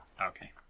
Okay